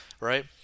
Right